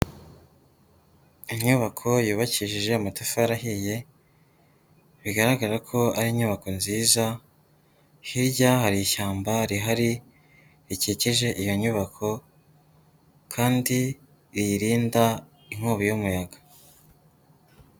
Inyubako yubakishije amatafari ahiye, bigaragara ko ari inyubako nziza, hirya hari ishyamba rihari, rikikije iyo nyubako kandi riyirinda inkubi y'umuyaga.